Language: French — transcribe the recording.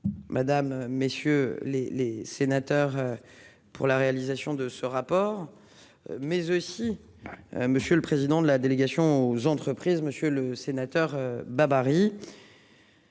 Madame messieurs les les sénateurs. Pour la réalisation de ce rapport. Mais aussi oui. Monsieur le président de la délégation aux entreprises, Monsieur le Sénateur. Babary.